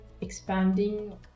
expanding